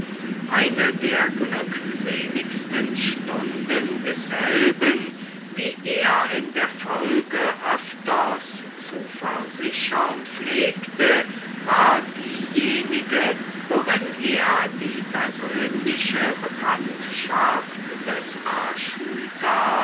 eine seiner glückseligsten stunden wie er in der folge öfters zu versichern pflegte war diejenige worin er die persönliche bekanntschaft des